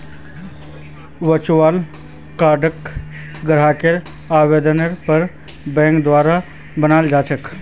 virtual कार्डक ग्राहकेर आवेदनेर पर बैंकेर द्वारा बनाल जा छेक